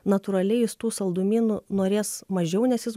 natūraliai jis tų saldumynų norės mažiau nes jis